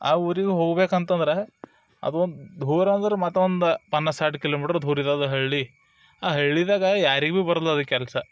ಆ ಊರಿಗೆ ಹೋಗ್ಬೇಕು ಅಂತಂದ್ರೆ ಅದು ಒಂದು ದೂರ ಅಂದ್ರೆ ಮತ್ತೊಂದು ಪನ್ನಾಸ್ ಸಾಟ್ ಕಿಲೋಮೀಟರ್ ದೂರಿದ್ ಅದು ಹಳ್ಳಿ ಆ ಹಳ್ಳಿದಾಗೆ ಯಾರಿಗೂ ಬರೋಲ್ಲ ಅದು ಕೆಲಸ